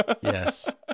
Yes